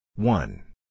One